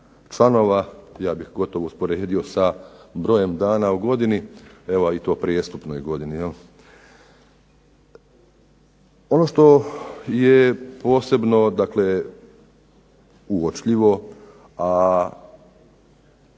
članova. Ja bih gotovo usporedio sa brojem dana u godini evo i to prijestupnoj godini. Ono što je posebno, dakle uočljivo, a